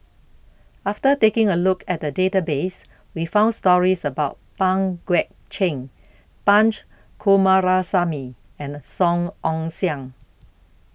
after taking A Look At The Database We found stories about Pang Guek Cheng Punch Coomaraswamy and Song Ong Siang